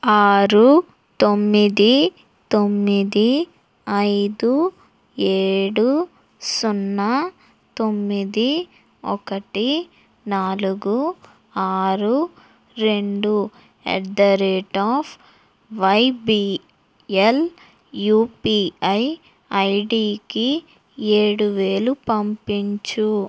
ఆరు తొమ్మిది తొమ్మిది ఐదు ఏడు సున్నా తొమ్మిది ఒకటి నాలుగు ఆరు రెండు at the rate of YBL UPI ఐడికి ఏడు వేలు పంపించుము